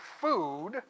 food